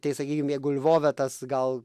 tai sakykim jeigu lvove tas gal